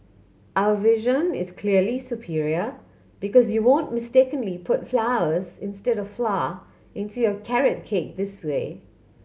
our version is clearly superior because you won't mistakenly put flowers instead of flour into your carrot cake this way